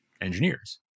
engineers